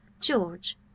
George